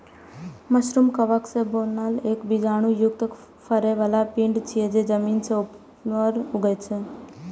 mushroom कवक सं बनल एक बीजाणु युक्त फरै बला पिंड छियै, जे जमीन सं ऊपर उगै छै